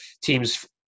teams